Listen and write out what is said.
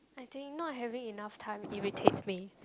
I think not having enough time irritates me